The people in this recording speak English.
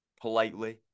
politely